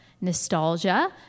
nostalgia